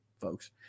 folks